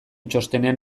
txostenean